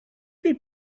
they